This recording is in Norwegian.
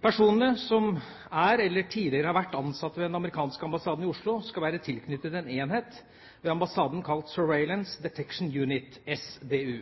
Personene, som er eller tidligere har vært ansatt ved den amerikanske ambassaden i Oslo, skal være tilknyttet en enhet ved ambassaden kalt Surveillance Detection Unit, SDU.